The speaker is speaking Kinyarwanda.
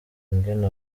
ingene